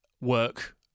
work